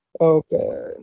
Okay